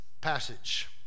passage